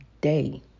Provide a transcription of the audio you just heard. day